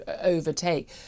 overtake